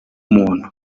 muntu